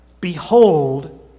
Behold